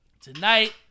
tonight